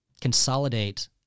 consolidate